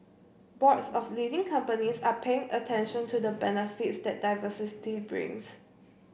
boards of leading companies are paying attention to the benefits that diversity brings